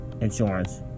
insurance